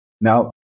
Now